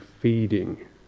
feeding